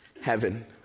heaven